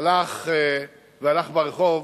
הלך ברחוב,